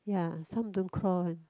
ya some don't crawl one